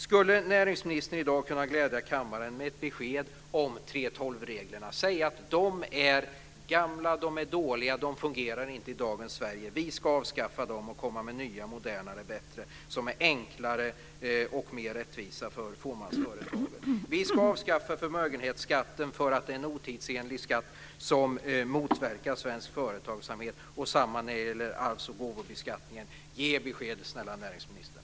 Skulle näringsministern i dag kunna glädja kammaren med ett besked om 3:12-reglerna och säga att de är gamla, dåliga och inte fungerar i dagens Sverige och att man ska avskaffa dem och komma med nya, modernare och bättre som är enklare och mer rättvisa för fåmansföretagen och att man ska avskaffa förmögenhetsskatten för att det är en otidsenlig skatt som motverkar svensk företagsamhet och att detsamma gäller arvs och gåvobeskattningen? Ge besked, snälla näringsministern.